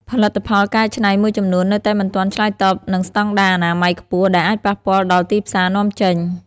ផលិតផលកែច្នៃមួយចំនួននៅតែមិនទាន់ឆ្លើយតបនឹងស្តង់ដារអនាម័យខ្ពស់ ដែលអាចប៉ះពាល់ដល់ទីផ្សារនាំចេញ។